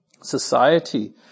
society